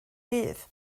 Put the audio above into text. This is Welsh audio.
bydd